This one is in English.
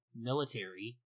military